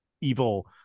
evil